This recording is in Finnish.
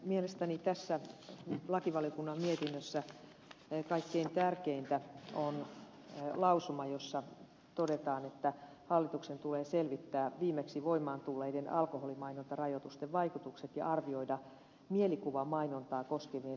mielestäni tässä lakivaliokunnan mietinnössä kaikkein tärkeintä on lausuma jossa todetaan että hallituksen tulee selvittää viimeksi voimaan tulleiden alkoholimainontarajoitusten vaikutukset ja arvioida mielikuvamainontaa koskevien lisätoimenpiteiden tarve